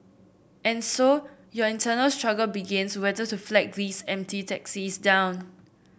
and so your internal struggle begins whether to flag these empty taxis down